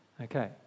Okay